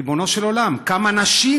ריבונו של עולם, כמה נשים